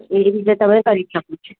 એ રીતે તમે કરી શકો છો